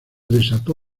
desató